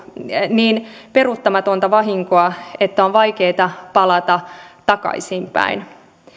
niin peruuttamatonta vahinkoa että on vaikeata palata takaisinpäin